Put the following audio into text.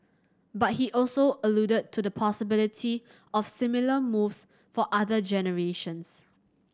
but he also alluded to the possibility of similar moves for other generations